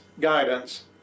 guidance